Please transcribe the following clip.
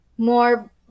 more